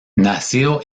nacido